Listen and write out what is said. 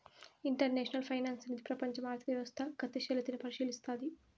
international finance అనేది ప్రపంచం ఆర్థిక వ్యవస్థ గతిశీలతని పరిశీలస్తది